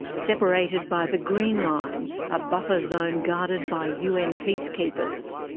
separated by the green line, a buffer zone guarded by un peacekeepers.